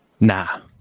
Nah